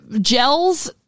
gels